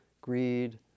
greed